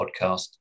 podcast